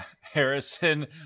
Harrison